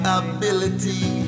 ability